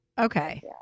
okay